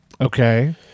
okay